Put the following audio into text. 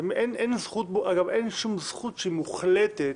אין שום זכות שהיא מוחלטת.